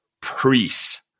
priests